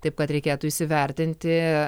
taip kad reikėtų įsivertinti